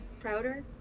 prouder